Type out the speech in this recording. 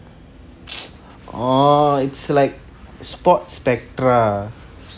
orh it's like sports spectra